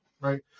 right